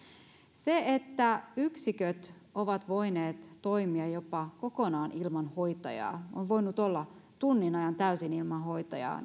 se että yksiköt ovat voineet toimia jopa kokonaan ilman hoitajaa on voinut olla tunnin ajan täysin ilman hoitajaa